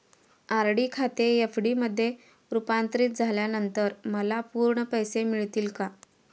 RD खाते FD मध्ये रुपांतरित झाल्यानंतर मला पूर्ण पैसे मिळतील का?